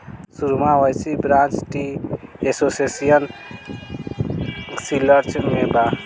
सुरमा valley branch tea association Silchar में बा